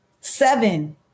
seven